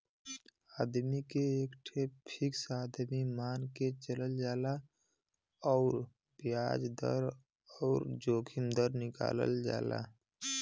आदमी के एक ठे फ़िक्स आमदमी मान के चलल जाला अउर बियाज दर अउर जोखिम दर निकालल जाला